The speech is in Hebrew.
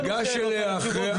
תיגש אליה אחרי הדיון.